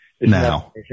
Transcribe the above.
Now